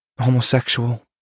homosexual